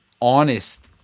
honest